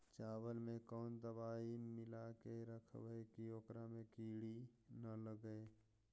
चावल में कोन दबाइ मिला के रखबै कि ओकरा में किड़ी ल लगे?